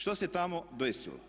Što se tamo desilo?